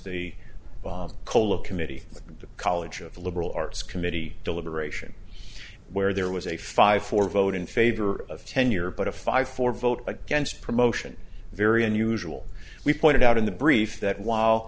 the colo committee the college of liberal arts committee deliberation where there was a five four vote in favor of tenure but a five four vote against promotion very unusual we pointed out in the brief that while